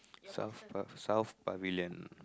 south pa~ South Pavilion